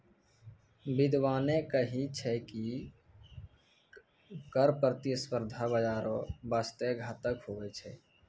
बिद्यबाने कही छै की कर प्रतिस्पर्धा बाजारो बासते घातक हुवै छै